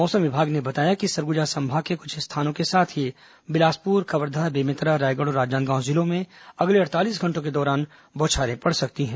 मौसम विभाग ने बताया कि सरगुजा संभाग के कुछ स्थानों के साथ ही बिलासपुर कवर्धा बेमेतरा रायगढ़ और राजनादगाव जिलों में अगले अड़तालीस घंटों के दौरान बौछारे पड़ सकती हैं